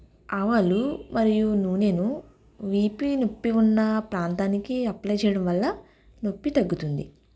ఆవాలు మరియు నూనెను వీపు నొప్పి ఉన్న ప్రాంతానికి అప్లయి చేయడం వల్ల నొప్పి తగ్గుతుంది